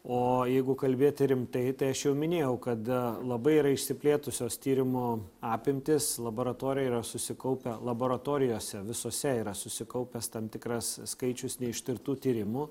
o jeigu kalbėti rimtai tai aš jau minėjau kad labai yra išsiplėtusios tyrimų apimtys laboratorijoj yra susikaupę laboratorijose visose yra susikaupęs tam tikras skaičius neištirtų tyrimų